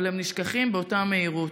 אבל הם נשכחים באותה מהירות.